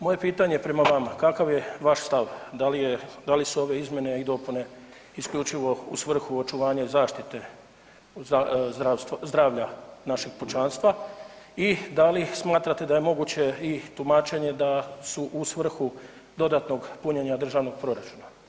Moje pitanje prema vama, kakav je vaš stav, da li je, da li su ove izmjene i dopune isključivo u svrhu očuvanja i zaštite zdravstva, zdravlja našeg pučanstva i da li smatrate da je moguće i tumačenje da su u svrhu dodatnog punjenja državnog proračuna.